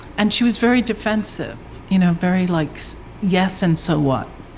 and she was very defensive, you know very like so yes and so what?